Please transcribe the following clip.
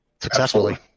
Successfully